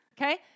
okay